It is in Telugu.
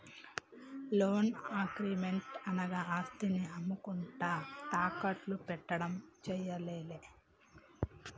లోన్ అగ్రిమెంట్ అనగా ఆస్తిని అమ్మకుండా తాకట్టు పెట్టడం చేయాలే